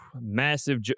massive